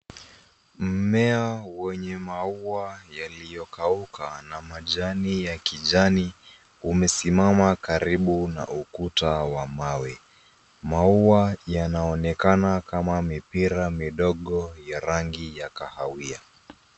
Mmea wenye maua yaliyokauka na majani ya kijani, umesimama karibu na ukuta wa mawe. Maua yanaonekana kama mipira midogo ya rangi ya kahawia.